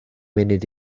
munud